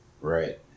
Right